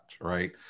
right